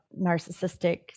narcissistic